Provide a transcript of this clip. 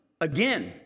again